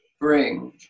bring